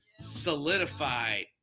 solidified